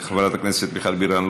חברת הכנסת מיכל בירן,